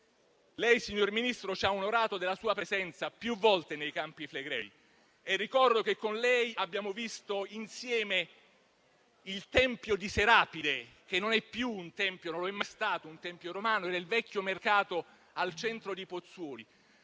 Lei, signor Ministro, ci ha onorato della sua presenza più volte nei Campi Flegrei e ricordo che con lei abbiamo visto insieme il tempio di Serapide, che non è mai stato un tempio romano, ma era il vecchio mercato al centro di Pozzuoli,